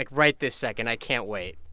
like right this second. i can't wait